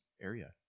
area